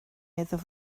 iddo